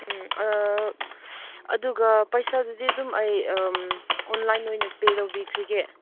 ꯎꯝ ꯑꯗꯨꯒ ꯄꯩꯁꯥꯗꯨꯗꯤ ꯑꯗꯨꯝ ꯑꯩ ꯑꯣꯟꯂꯥꯏꯟ ꯑꯣꯏꯅ ꯄꯦ ꯇꯧꯕꯤꯈ꯭ꯔꯒꯦ